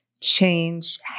change